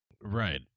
Right